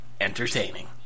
entertaining